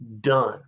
done